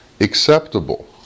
acceptable